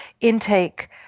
Intake